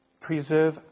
preserve